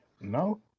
No